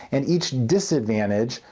and each disadvantage,